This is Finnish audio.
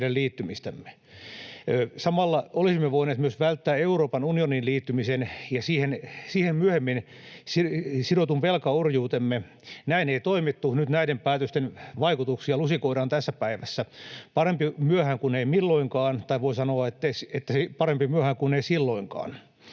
liittymistämme. Samalla olisimme voineet myös välttää Euroopan unioniin liittymisen ja siihen myöhemmin sidotun velkaorjuutemme. Näin ei toimittu. Nyt näiden päätösten vaikutuksia lusikoidaan tässä päivässä. Parempi myöhään kuin ei milloinkaan, tai voi sanoa, että parempi myöhään kuin ei silloinkaan.